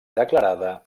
declarada